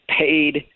paid